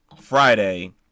Friday